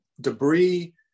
debris